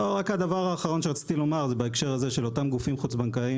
הדבר האחרון שרציתי לומר זה בהקשר הזה של בין גופים חוץ-בנקאיים